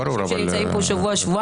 מדובר באנשים שנמצאים פה שבוע-שבועיים,